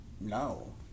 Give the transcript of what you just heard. No